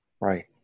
Right